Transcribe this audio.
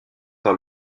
par